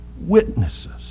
witnesses